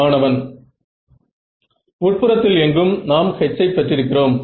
மாணவன் உட்புறத்தில் எங்கும் நாம் H ஐ பெற்றிருக்கிறோம்